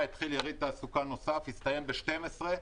התחיל יריד תעסוקה נוסף שהסתיים ב-12:00.